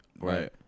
right